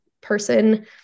person